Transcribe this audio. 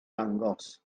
dangos